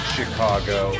Chicago